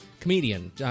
comedian